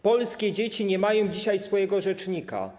Polskie dzieci nie mają dzisiaj swojego rzecznika.